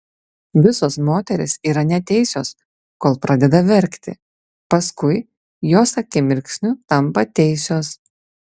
visos moterys yra neteisios kol pradeda verkti paskui jos akimirksniu tampa teisios